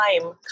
time